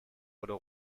oder